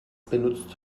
benutzt